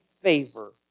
favor